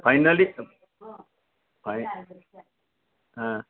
finally